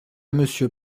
monsieur